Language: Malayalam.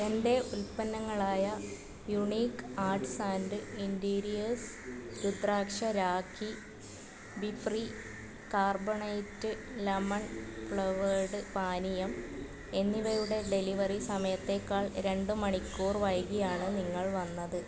എന്റെ ഉൽപ്പന്നങ്ങളായ unique arts and interiors Rudraksha Rakhi Bfree carbonate lemon flavoured പാനീയം എന്നിവയുടെ ഡെലിവറി സമയത്തേക്കാൾ രണ്ട് മണിക്കൂർ വൈകിയാണ് നിങ്ങൾ വന്നത്